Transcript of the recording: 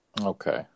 Okay